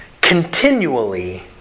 continually